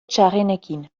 txarrenekin